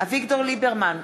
אביגדור ליברמן,